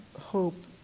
hope